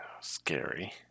scary